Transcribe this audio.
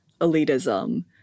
elitism